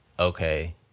okay